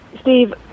Steve